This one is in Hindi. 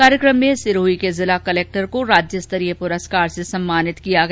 कार्यक्रम में सिरोही के जिला कलक्टर को राज्यस्तरीय पुरस्कार से सम्मानित किया गया